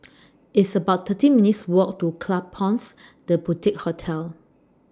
It's about thirteen minutes' Walk to Klapsons The Boutique Hotel